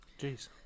Jeez